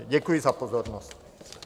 Děkuji za pozornost.